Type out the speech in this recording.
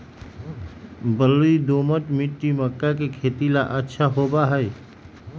बलुई, दोमट मिट्टी मक्का के खेती ला अच्छा होबा हई